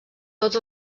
tots